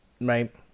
Right